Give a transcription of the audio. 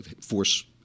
force